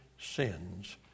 sins